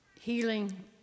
healing